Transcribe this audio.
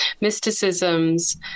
mysticisms